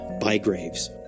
Bygraves